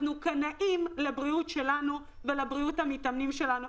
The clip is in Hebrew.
אנחנו קנאים לבריאות שלנו ולבריאות המתאמנים שלנו.